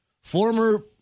former